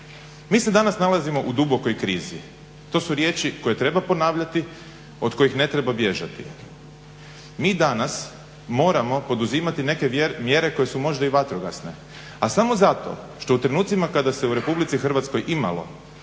Mi se danas nalazimo u dubokoj krizi. To su riječi koje treba ponavljati, od kojih ne treba bježati. Mi danas moramo poduzimati neke mjere koje su možda i vatrogasne, a samo zato što u trenucima kada se u RH imalo,